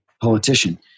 politician